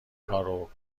کارو